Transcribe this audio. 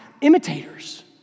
imitators